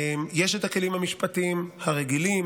יש את הכלים המשפטיים הרגילים,